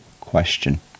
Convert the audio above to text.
question